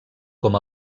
com